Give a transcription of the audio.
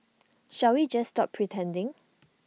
shall we just stop pretending